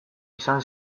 izan